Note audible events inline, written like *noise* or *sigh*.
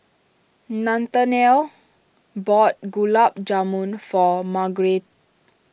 Nathaniel bought Gulab Jamun for *unintelligible*